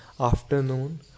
afternoon